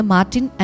Martin